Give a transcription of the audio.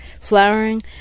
flowering